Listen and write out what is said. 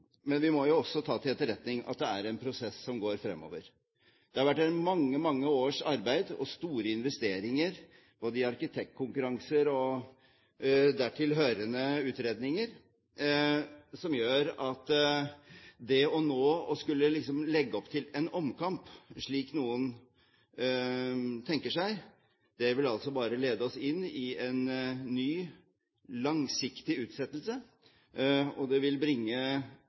men vi må jo også ta til etterretning at det er en prosess som går fremover. Det har vært mange års arbeid og store investeringer både i arkitektkonkurranser og dertilhørende utredninger som gjør at det nå å skulle legge opp til en omkamp, slik noen tenker seg, bare vil lede oss inn i en ny, langsiktig utsettelse, og det vil bringe